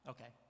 Okay